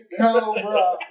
cobra